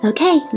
Okay